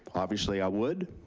obviously i would.